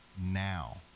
now